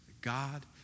God